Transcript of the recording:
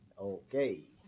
okay